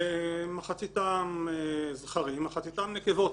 מחציתן זכרים, מחציתן נקבות.